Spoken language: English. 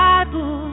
Bible